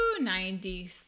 93